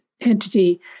entity